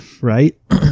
right